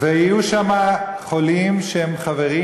ויהיו שם חולים שהם חברים,